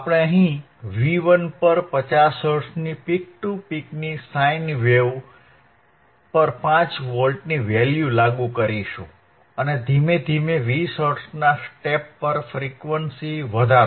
આપણે અહીં V1 પર 50 હર્ટ્ઝની પિક ટુ પિક ની સાઇન વેવ પર 5 વોલ્ટની વેલ્યુ લાગુ કરીશું અને ધીમે ધીમે 20 હર્ટ્ઝના સ્ટેપ પર ફ્રીક્વન્સી વધારો